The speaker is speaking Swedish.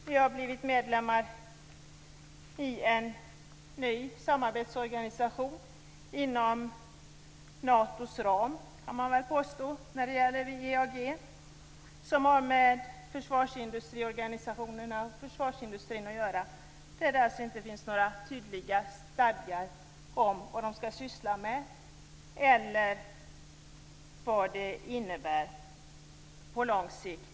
Vi har blivit medlemmar i en ny samarbetsorganisation inom Natos ram - det kan man väl påstå när det gäller WEAG - som har med försvarsindustriorganisationer och försvarsindustrin att göra där det inte finns några tydliga stadgar om vad den skall syssla med eller vad ett medlemskap innebär på lång sikt.